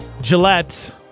Gillette